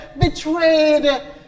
betrayed